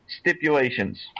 stipulations